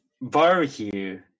Barbecue